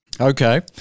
Okay